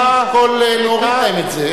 אשקול להוריד להם את זה.